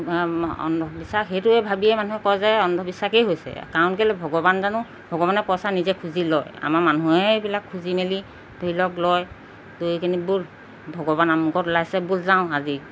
অন্ধবিশ্বাস সেইটোৱে ভাবিয়ে মানুহে কয় যে অন্ধবিশ্বাসেই হৈছে কাৰণ কেলে ভগৱান জানো ভগৱানে পইচা নিজে খুজি লয় আমাৰ মানুহে এইবিলাক খুজি মেলি ধৰি লওক লয় ধৰি কেনে ব'ল ভগৱান আমুকত ওলাইছে ব'ল যাওঁ আজি